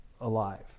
alive